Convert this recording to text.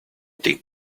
tea